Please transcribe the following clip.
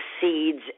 seeds